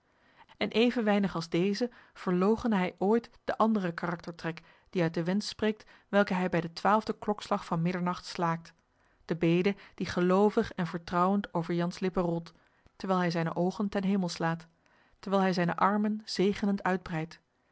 en even weinig als dezen verloochene hij ooit den anderen karaktertrek die uit den wensch spreekt welken hij bij den twaalfden klokslag van middernacht slaakt de bede die geloovig en vertrouwend over jan's lippen rolt terwijl hij zijne oogen ten hemel slaat terwijl hij zijne armen zegenend uitbreidt